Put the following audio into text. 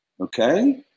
okay